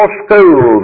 school